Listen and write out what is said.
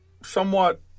somewhat